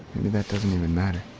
maybe that doesn't even matter.